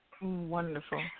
Wonderful